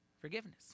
forgiveness